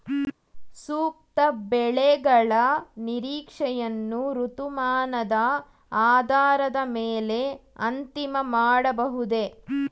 ಸೂಕ್ತ ಬೆಳೆಗಳ ನಿರೀಕ್ಷೆಯನ್ನು ಋತುಮಾನದ ಆಧಾರದ ಮೇಲೆ ಅಂತಿಮ ಮಾಡಬಹುದೇ?